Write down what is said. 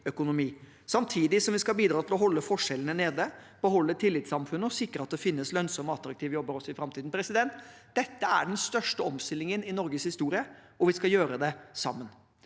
Samtidig skal vi bidra til å holde forskjellene nede, beholde tillitssamfunnet og sikre at det finnes lønnsomme og attraktive jobber også i framtiden. Dette er den største omstillingen i Norges historie, og vi skal gjøre det sammen.